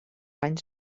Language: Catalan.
anys